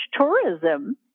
tourism